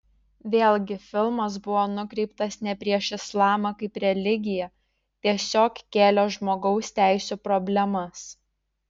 vėlgi filmas buvo nukreiptas ne prieš islamą kaip religiją tiesiog kėlė žmogaus teisių problemas